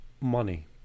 money